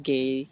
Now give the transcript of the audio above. Gay